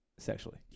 sexually